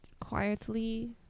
quietly